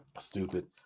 Stupid